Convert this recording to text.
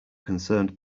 concerned